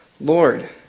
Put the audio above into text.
Lord